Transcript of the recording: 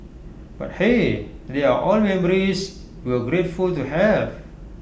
but hey they are all memories we're grateful to have